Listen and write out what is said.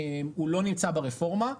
הוא לא נמצא ברפורמה,